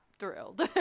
thrilled